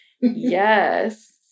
Yes